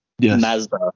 Mazda